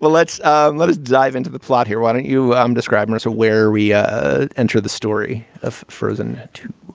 but let's and let's dive into the plot here. why don't you um describe mersa, where we ah ah enter the story of frozen